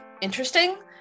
interesting